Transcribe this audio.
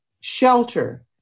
shelter